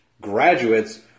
graduates